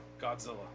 Godzilla